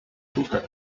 hooker